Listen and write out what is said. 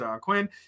Quinn